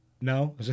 No